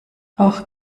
auch